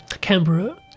Canberra